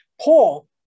Paul